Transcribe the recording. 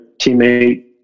teammate